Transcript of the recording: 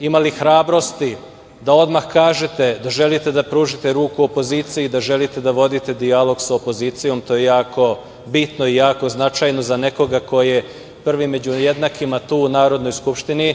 imali hrabrosti da odmah kažete da želite da pružite ruku opoziciji i da želite da vodite dijalog sa opozicijom. To je jako bitno i jako značajno za nekoga ko je prvi među jednakima tu u Narodnoj skupštini.